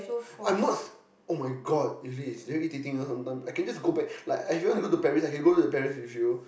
I'm not say [oh]-my-god really it's very irritating you know sometime I can just go back like if you want to go to the Paris I can go to the Paris with you